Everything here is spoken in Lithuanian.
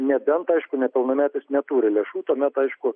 nebent aišku nepilnametis neturi lėšų tuomet aišku